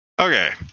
okay